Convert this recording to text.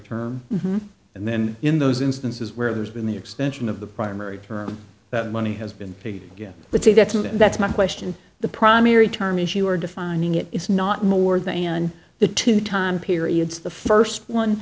term and then in those instances where there's been the extension of the primary term that money has been paid again but see that's not that's not a question the primary term issuer defining it is not more than the two time periods the first one